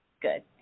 Good